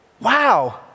wow